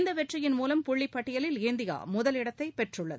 இந்த வெற்றியின் மூலம் புள்ளிப் பட்டியலில் இந்தியா முதலிடத்தை பெற்றுள்ளது